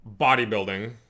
bodybuilding